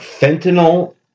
fentanyl